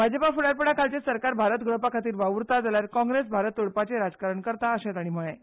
भाजप फुडारपणा खालचे सरकार भारत घडोवपा खातीर वावुरता जाल्यार काँग्रेस भारत तोडपाचे राजकारण करता अशेंय तांणी सांगलें